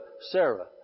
Sarah